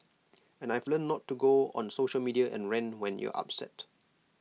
and I've learnt not to go on social media and rant when you're upset